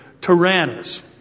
Tyrannus